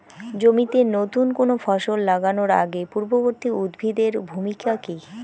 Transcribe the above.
জমিতে নুতন কোনো ফসল লাগানোর আগে পূর্ববর্তী উদ্ভিদ এর ভূমিকা কি?